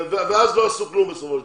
ובסופו של דבר לא עשו כלום.